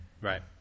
Right